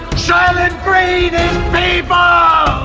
charlotte grading paper ah